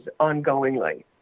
ongoingly